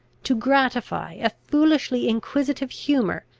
to gratify a foolishly inquisitive humour,